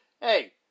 hey